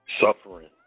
Suffering